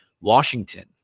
Washington